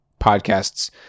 podcasts